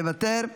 מוותר,